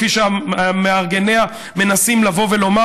כפי שמארגניה מנסים לבוא ולומר?